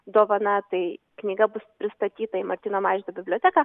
dovana tai knyga bus pristatyta į martyno mažvydo biblioteką